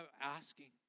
asking